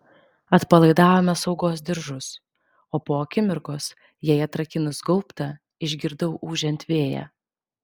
atpalaidavome saugos diržus o po akimirkos jai atrakinus gaubtą išgirdau ūžiant vėją